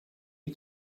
you